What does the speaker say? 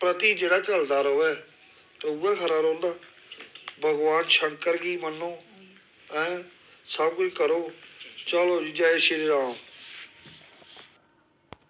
दे प्रति जेह्ड़ा चलदा र'वै ते उ'ऐ खरा रौंह्दा भगवान शंकर गी मन्नो ऐं सबकिश करो चलो जी जै शिरी राम